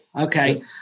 okay